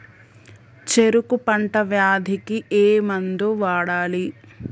చెరుకు పంట వ్యాధి కి ఏ మందు వాడాలి?